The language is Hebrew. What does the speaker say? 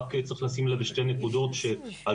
רק צריך לשים לב לשתי נקודות שעלו